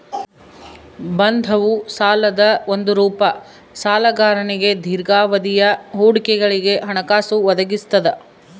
ಬಂಧವು ಸಾಲದ ಒಂದು ರೂಪ ಸಾಲಗಾರನಿಗೆ ದೀರ್ಘಾವಧಿಯ ಹೂಡಿಕೆಗಳಿಗೆ ಹಣಕಾಸು ಒದಗಿಸ್ತದ